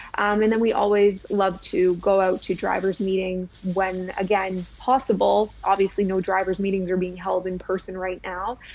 and then we always love to go out to drivers meetings when again, possible obviously no drivers meetings are being held in person right now,